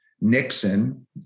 Nixon